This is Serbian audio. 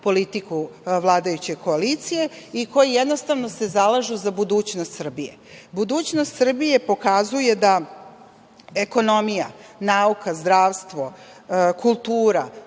politiku vladajuće koalicije i koje se jednostavno zalažu za budućnost Srbije. Budućnost Srbije pokazuje da ekonomija, nauka, zdravstvo, kultura,